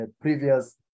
previous